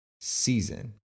season